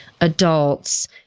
adults